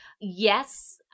Yes